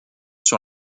sur